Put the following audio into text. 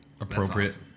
Appropriate